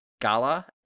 Gala